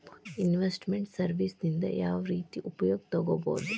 Invest made services ನಿಂದಾ ಯಾವ್ರೇತಿ ಉಪಯೊಗ ತಗೊಬೊದು?